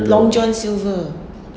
long john silver